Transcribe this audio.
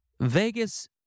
Vegas